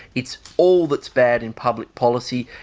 it's all that's bad in public policy,